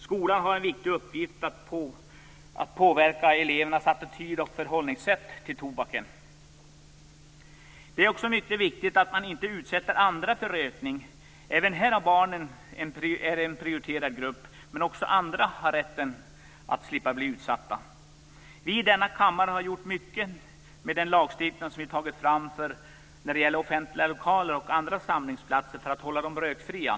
Skolan har en viktig uppgift att påverka elevernas attityder och förhållningssätt till tobaken. Det är också mycket viktigt att man inte utsätter andra för rökning. Även här är barnen en prioriterad grupp, men också andra har rätt att slippa att bli utsatta för tobaksrök. Vi i denna kammare har gjort mycket i och med den lagstiftning som vi har tagit fram för att offentliga lokaler och andra samlingsplatser skall vara rökfria.